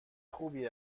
خوبی